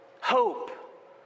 Hope